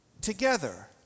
together